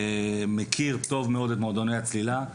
מכיר טוב מאוד את מועדוני הצלילה.